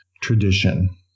tradition